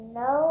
no